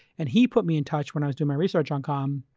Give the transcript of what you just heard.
and he put me in toucheur when i was doing my research on calmeur um